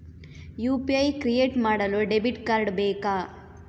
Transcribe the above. UPI create ಮಾಡಲು debit card ಬೇಕಾ?